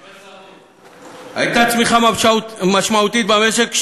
15%. הייתה צמיחה משמעותית במשק.